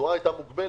התנועה הייתה מוגבלת,